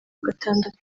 gatandatu